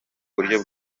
buryo